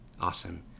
Awesome